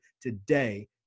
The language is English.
today